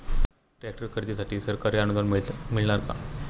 Tractor खरेदीसाठी सरकारी अनुदान मिळणार का?